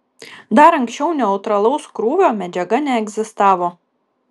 dar anksčiau neutralaus krūvio medžiaga neegzistavo